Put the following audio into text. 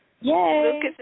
Yay